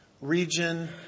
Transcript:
region